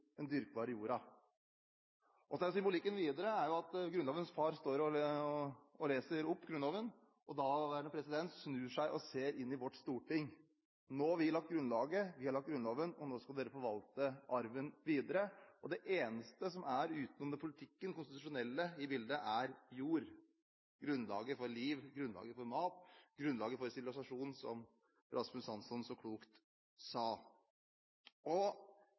dyrkbare jorda. Symbolikken er videre Grunnlovens far som står og leser opp Grunnloven og snur seg og ser inn i vårt storting: Nå har vi lagt grunnlaget, vi har laget Grunnloven, og nå skal dere forvalte arven videre. Det eneste som er i bildet utenom politikken – det konstitusjonelle – er jord: grunnlaget for liv, grunnlaget for mat og grunnlaget for sivilisasjon, som Rasmus Hansson så klokt